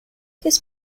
his